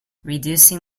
reducing